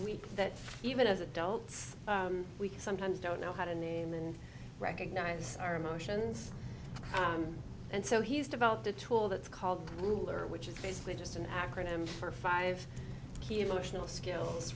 we that even as adults we sometimes don't know how to name and recognize our emotions and so he's developed a tool that's called ruler which is basically just an acronym for five